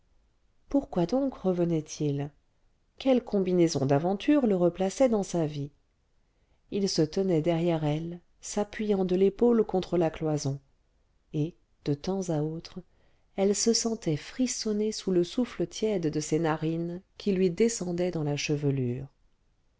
pourquoi donc revenait-il quelle combinaison d'aventures le replaçait dans sa vie il se tenait derrière elle s'appuyant de l'épaule contre la cloison et de temps à autre elle se sentait frissonner sous le souffle tiède de ses narines qui lui descendait dans la chevelure